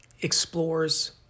explores